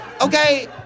Okay